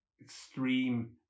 extreme